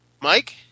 Mike